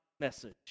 message